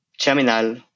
terminal